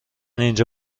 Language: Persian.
اینجا